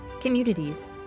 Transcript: communities